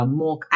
more